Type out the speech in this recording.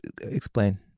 Explain